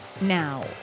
Now